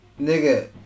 nigga